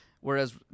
whereas